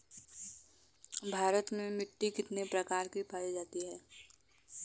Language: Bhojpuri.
भारत में मिट्टी कितने प्रकार की पाई जाती हैं?